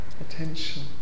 Attention